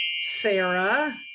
Sarah